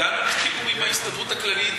הגענו לסיכום עם ההסתדרות הכללית,